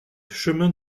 chemin